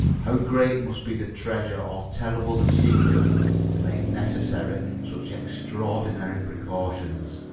how great must be the treasure or terrible the secret to make necessary such extraordinary precautions!